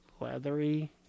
leathery